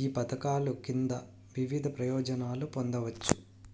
ఈ పథకాలు కింద వివిధ ప్రయోజనాలు పొందవచ్చు